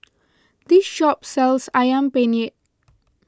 this shop sells Ayam Penyet